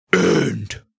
End